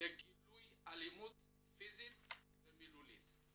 לגילויי אלימות פיזית ומילולית.